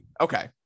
Okay